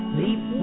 leap